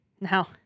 Now